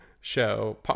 show